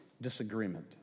disagreement